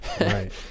Right